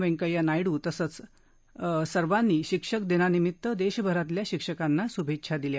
वैंकय्या नायडू तसंच यांनीही शिक्षक दिनानिमित्त देशभरातल्या शिक्षकांना शुभेच्छा दिल्या